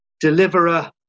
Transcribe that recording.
deliverer